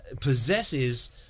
possesses